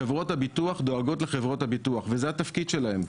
חברות הביטוח דואגות לחברות הביטוח וזה התפקיד שלהן,